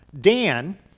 Dan